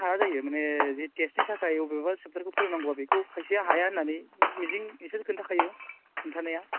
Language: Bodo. हाया जायो मानि जि टेस्टनि थाखाय अबेबा चेपटारखौ फोरोंनांगौब्ला बेखौ खायसेया हाया होननानै मिजिं इसोर खिन्थाखायो खोन्थानाया